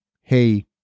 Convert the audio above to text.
hey